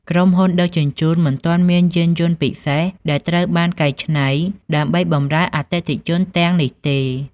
ក្រុមហ៊ុនដឹកជញ្ជូនមិនទាន់មានយានយន្តពិសេសដែលត្រូវបានកែច្នៃ ដើម្បីបម្រើអតិថិជនទាំងនេះទេ។